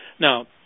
Now